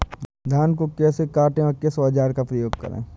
धान को कैसे काटे व किस औजार का उपयोग करें?